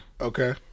Okay